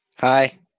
Hi